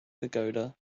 pagoda